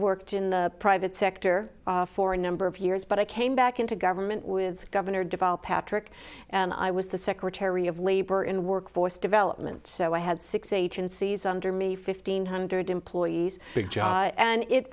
worked in the private sector for a number of years but i came back into government with governor deval patrick and i was the secretary of labor in workforce development so i had six agencies under me fifteen hundred employees big job and it